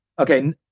Okay